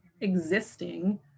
existing